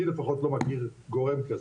אני לפחות לא מכיר גורם כזה.